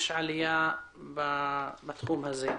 יש עלייה בתחום הזה.